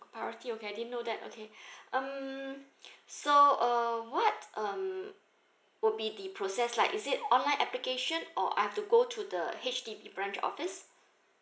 priority okay I didn't know that okay um so uh what um would be the process like is it online application or I have to go to the H_D_B branch office